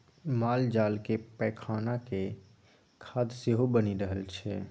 मालजालक पैखानाक खाद सेहो बनि रहल छै